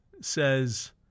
says